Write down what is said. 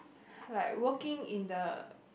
like working in the